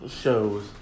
shows